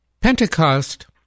Pentecost